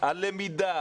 על למידה,